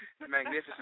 magnificent